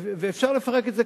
ואפשר לפרק את זה,